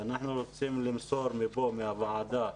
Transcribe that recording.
אנחנו רוצים למסור מפה, מהוועדה,